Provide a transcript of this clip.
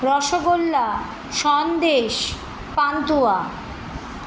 rasgulla sandesh pantua